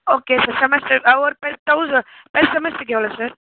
okay sir semester ஒரு தவு per செமஸ்டர்ருக்கு எவ்வளோ சார்